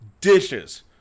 dishes